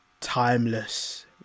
timeless